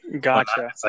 gotcha